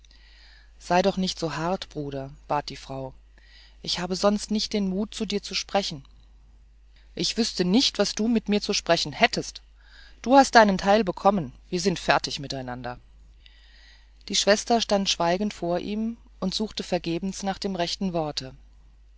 sei doch nicht so hart bruder bat die frau ich habe sonst nicht den mut zu dir zu sprechen ich wüßte nicht was du mit mir zu sprechen hättest du hast dein teil bekommen wir sind fertig miteinander die schwester stand schweigend vor ihm und suchte vergebens nach dem rechten worte